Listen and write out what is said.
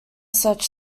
such